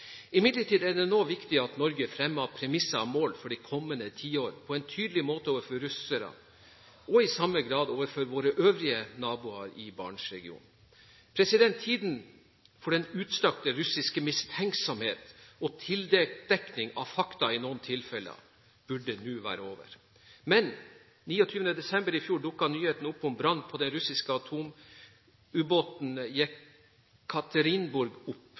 Imidlertid er det nå viktig at Norge på en tydelig måte fremmer premisser og mål for de kommende tiår overfor russerne og i samme grad overfor våre øvrige naboer i Barentsregionen. Tiden for den utstrakte russiske mistenksomhet, og tildekning av fakta i noen tilfeller, burde nå være over. Men 29. desember i fjor dukket nyheten opp om brann på den russiske